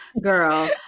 Girl